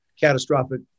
catastrophic